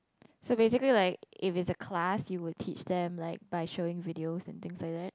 so basically like if it's a class you would teach them like by showing videos and things like that